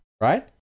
right